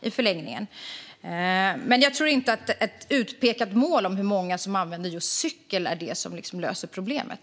Jag tror som sagt inte att ett utpekat mål för hur många som ska använda just cykel löser problemet.